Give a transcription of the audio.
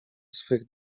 swych